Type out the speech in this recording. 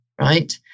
right